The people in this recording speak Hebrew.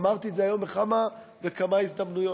ואמרתי את זה היום בכמה וכמה הזדמנויות.